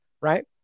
right